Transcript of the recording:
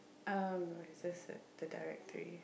uh no it's just the the directory